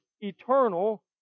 eternal